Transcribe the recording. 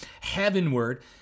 heavenward